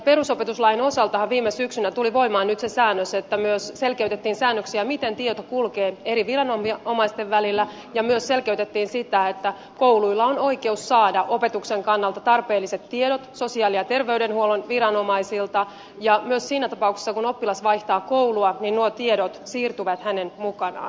perusopetuslain osaltahan viime syksynä tuli voimaan itse säännös että myös selkeytettiin säännöksiä miten tieto kulkee eri viranomaisten välillä ja myös selkeytettiin sitä että kouluilla on oikeus saada opetuksen kannalta tarpeelliset tiedot sosiaali ja terveydenhuollon viranomaisilta ja myös niissä tapauksissa kun oppilas vaihtaa koulua nuo tiedot siirtyvät hänen mukanaan